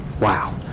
wow